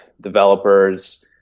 developers